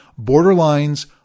Borderlines